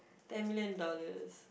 ten million dollars